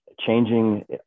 changing